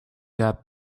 that